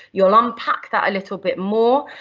you'll unpack that a little bit more,